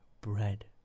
bread